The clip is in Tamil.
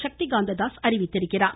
சக்திகாந்த தாஸ் தெரிவித்துள்ளார்